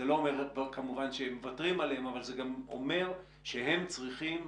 זה לא אומר כמובן שמוותרים עליהם אבל זה גם אומר שהם צריכים